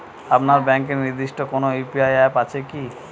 আপনার ব্যাংকের নির্দিষ্ট কোনো ইউ.পি.আই অ্যাপ আছে আছে কি?